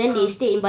ah